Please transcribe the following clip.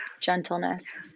gentleness